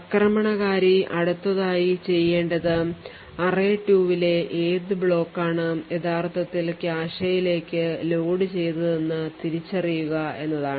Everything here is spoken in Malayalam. ആക്രമണകാരി അടുത്തതായി ചെയ്യേണ്ടത് array2 ലെ ഏത് ബ്ലോക്കാണ് യഥാർത്ഥത്തിൽ കാഷെയിലേക്ക് ലോഡ് ചെയ്തതെന്ന് തിരിച്ചറിയുക എന്നതാണ്